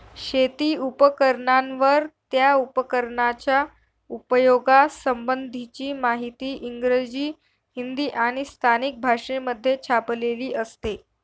शेती उपकरणांवर, त्या उपकरणाच्या उपयोगा संबंधीची माहिती इंग्रजी, हिंदी आणि स्थानिक भाषेमध्ये छापलेली असते